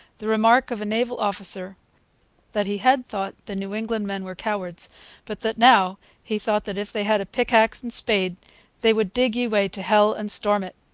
the remark of a naval officer that he had thought the new england men were cowards but that now he thought that if they had a pick ax and spade they would digg ye way to hell and storm it